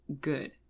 good